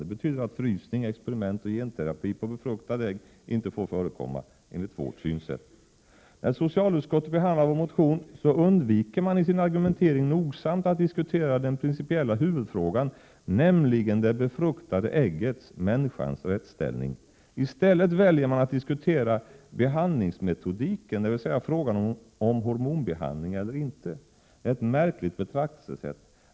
Det betyder att frysning, experiment och genterapi på befruktade ägg inte får förekomma, enligt vårt synsätt. När socialutskottet behandlar vår motion så undviker man i sin argumentering nogsamt att diskutera den principiella huvudfrågan, nämligen det befruktade äggets — människans — rättsställning. I stället väljer man att diskutera behandlingsmetodiken, dvs. frågan om hormonbehandling eller inte. Det är ett märkligt betraktelsesätt.